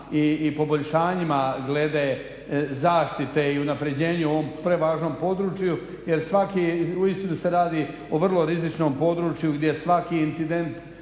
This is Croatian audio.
i poboljšanjima glede zaštite i unapređenju u ovom prevažnom području jer svaki uistinu se radi o vrlo rizičnom području gdje svaki incident